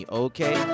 okay